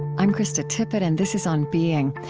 i'm krista tippett, and this is on being.